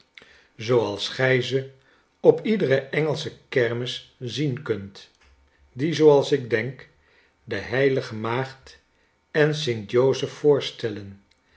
gij ze op iedere engelsche kermis zien kunt die zooals ik denk de heilige maagd en sint jozef voorstellen